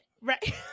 right